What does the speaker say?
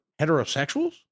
heterosexuals